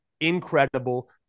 incredible